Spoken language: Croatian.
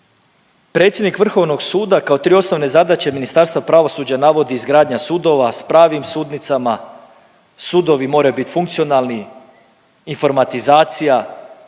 Predsjednik Vrhovnog suda kao tri osnovne zadaće Ministarstva pravosuđa navodi izgradnja sudova sa pravim sudnicama. Sudovi moraju bit funkcionalni. Informatizacija,